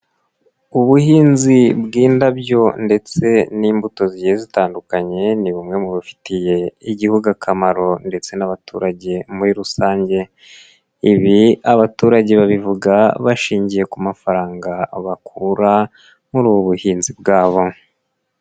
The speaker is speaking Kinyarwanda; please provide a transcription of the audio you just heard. Ubuhinzi bw'indabyo ndetse n'imbuto zigiye zitandukanye ni bumwe mu bifitiye igihugu akamaro ndetse n'abaturage muri rusange, ibi abaturage babivuga bashingiye ku mafaranga bakura muri ubu buhinzi bwabo.